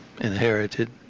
inherited